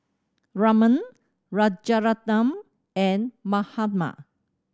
Raman Rajaratnam and Mahatma